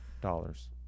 dollars